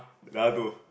the other two